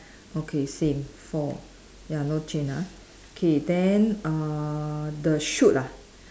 okay same four ya no change ah okay then uh the shoot ah